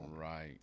Right